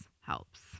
helps